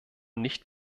nicht